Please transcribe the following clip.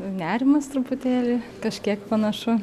nerimas truputėlį kažkiek panašu